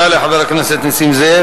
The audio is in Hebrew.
תודה לחבר הכנסת נסים זאב.